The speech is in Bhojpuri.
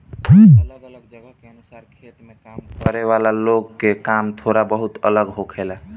अलग अलग जगह के अनुसार खेत में काम करे वाला लोग के काम थोड़ा बहुत अलग होखेला